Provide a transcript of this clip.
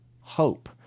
hope